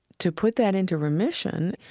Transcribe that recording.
to put that into remission,